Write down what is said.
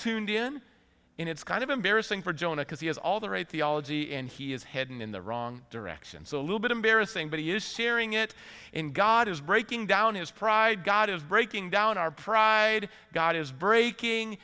tuned in and it's kind of embarrassing for jonah because he has all the right the ology and he is heading in the wrong direction so a little bit embarrassing but he is sharing it in god is breaking down his pride god is breaking down our pride god is breaking